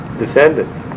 descendants